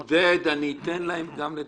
עודד, אני אתן להן גם לדבר.